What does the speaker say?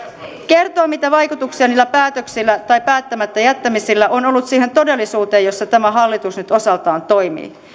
kertoa mitä vaikutuksia niillä päätöksillä tai päättämättä jättämisillä on ollut siihen todellisuuteen jossa tämä hallitus nyt osaltaan toimii